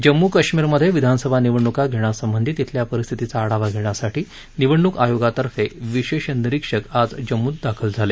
जम्मू कश्मीरमधे विधानसभा निवडणूका घेण्यासंबंधी तिथल्या परिस्थितीचा आढावा घेण्यासाठी निवडणूक आयोगातर्फे विशेष निरिक्षक आज जम्मूत दाखल झाले